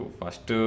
first